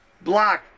block